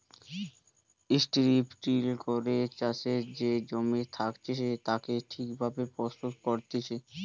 strip till করে চাষের যে জমি থাকতিছে তাকে ঠিক ভাবে প্রস্তুত করতিছে